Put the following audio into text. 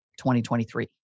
2023